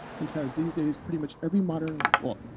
because these days, pretty much every modern well,